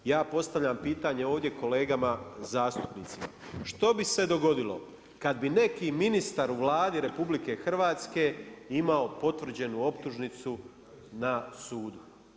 Ja postavljam pitanje ovdje kolegama zastupnicima, što bi se dogodilo kada bi neki ministar u Vladi RH imao potvrđenu optužnicu na sudu?